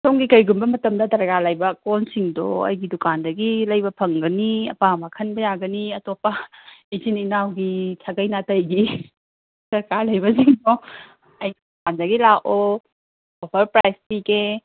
ꯁꯣꯝꯒꯤ ꯀꯔꯤꯒꯨꯝꯕ ꯃꯇꯝꯗ ꯗꯔꯀꯥꯔ ꯂꯩꯕ ꯀꯣꯟꯁꯤꯡꯗꯣ ꯑꯩꯒꯤ ꯗꯨꯀꯥꯟꯗꯒꯤ ꯂꯩꯕ ꯐꯪꯒꯅꯤ ꯑꯄꯥꯝꯕ ꯈꯟꯕ ꯌꯥꯒꯅꯤ ꯑꯇꯣꯞꯄ ꯏꯆꯤꯟ ꯏꯅꯥꯎꯒꯤ ꯁꯥꯒꯩ ꯅꯥꯇꯩꯒꯤ ꯗꯔꯀꯥꯔ ꯂꯩꯕꯁꯤꯡꯗꯣ ꯑꯩ ꯗꯨꯀꯥꯟꯗꯒꯤ ꯂꯥꯛꯑꯣ ꯑꯣꯐꯔ ꯄ꯭ꯔꯥꯏꯁ ꯄꯤꯒꯦ